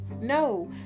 No